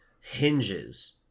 hinges